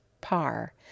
par